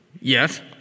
Yes